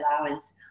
allowance